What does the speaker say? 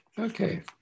Okay